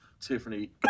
Tiffany